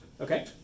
Okay